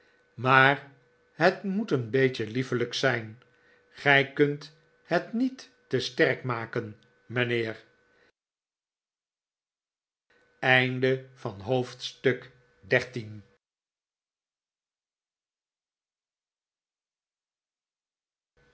maar het moet een beetje liefelijk zijn gij kuht het niet te sterk maken mijnheer